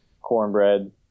cornbread